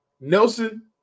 Nelson